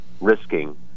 risking